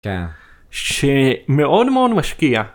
כן שמאוד מאוד משקיע.